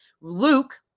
Luke